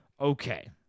Okay